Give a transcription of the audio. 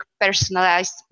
personalized